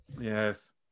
Yes